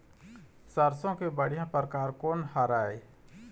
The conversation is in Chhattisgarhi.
सरसों के बढ़िया परकार कोन हर ये?